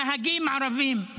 נהגים ערבים?